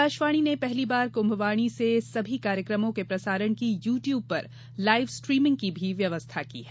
आकाशवाणी ने पहली बार कृम्भवाणी से सभी कार्यक्रमों के प्रसारण की यू ट्यूब पर लाइव स्ट्रीमिंग की भी व्यवस्था की है